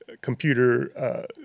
computer